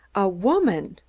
a woman!